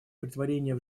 претворения